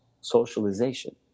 socialization